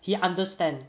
he understand